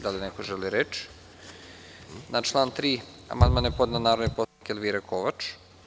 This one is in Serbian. Da li neko želi reč? (Ne) Na član 3. amandman je podneo narodni poslanik Elvira Kovač.